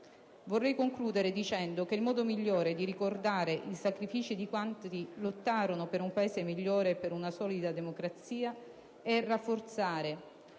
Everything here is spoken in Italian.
Vorrei concludere dicendo che il modo migliore di ricordare il sacrificio di quanti lottarono per un Paese migliore e per una solida democrazia è rafforzare